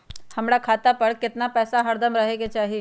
हमरा खाता पर केतना पैसा हरदम रहे के चाहि?